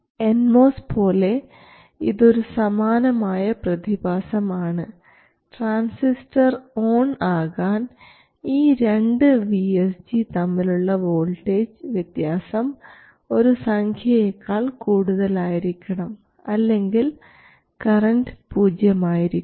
N MOS പോലെ ഇതൊരു സമാനമായ പ്രതിഭാസം ആണ് ട്രാൻസിസ്റ്റർ ഓൺ ആകാൻ ഈ രണ്ട് VSG തമ്മിലുള്ള വോൾട്ടേജ് വ്യത്യാസം ഒരു സംഖ്യയേക്കാൾ കൂടുതലായിരിക്കണം അല്ലെങ്കിൽ കറൻറ് പൂജ്യമായിരിക്കും